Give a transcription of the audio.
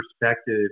perspective